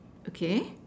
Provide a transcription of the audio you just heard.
okay